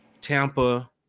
Tampa